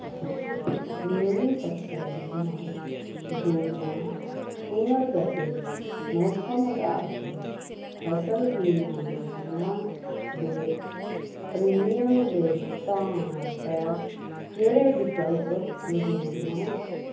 मेरी फसल बीमा योजना पुनर्गठन मौसम अधारत फसल भीमा योजना दे प्रीमियम दे भुगतान आस्तै केह्ड़े विकल्प मजूद न